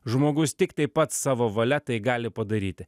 žmogus tiktai pats savo valia tai gali padaryti